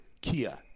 Kia